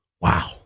wow